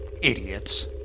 Idiots